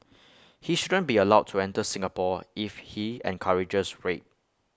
he shouldn't be allowed to enter Singapore if he encourages rape